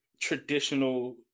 traditional